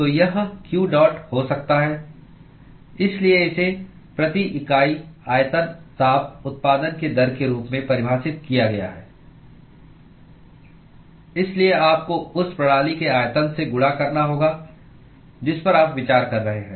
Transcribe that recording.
तो यह q dot हो सकता है इसलिए इसे प्रति इकाई आयतन ताप उत्पादन की दर के रूप में परिभाषित किया गया है इसलिए आपको उस प्रणाली के आयतन से गुणा करना होगा जिस पर आप विचार कर रहे हैं